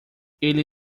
ele